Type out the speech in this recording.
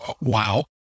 wow